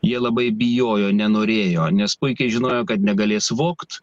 jie labai bijojo nenorėjo nes puikiai žinojo kad negalės vogt